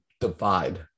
divide